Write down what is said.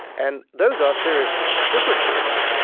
and those are serious differences.